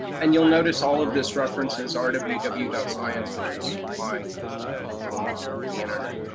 and you'll notice all of this references ah sort of you know rw you know science which is my kind of home on the internet.